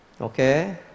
Okay